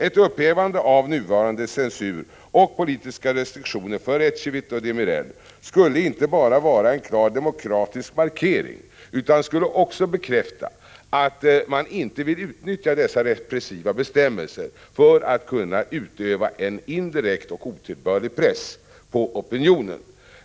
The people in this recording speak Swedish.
Ett upphävande av nuvarande censur och politiska restriktioner för Ecevit och Demirel skulle inte bara vara en klar demokratisk markering, utan skulle också bekräfta att man inte vill utnyttja dessa repressiva bestämmelser för att kunna utöva en indirekt och otillbörlig press på opinionen.